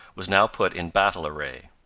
was now put in battle array.